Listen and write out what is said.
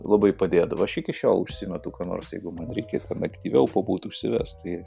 labai padėdavo aš iki šiol užsimetu ką nors jeigu man reikia ten aktyviau pabūti užsivesti